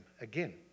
again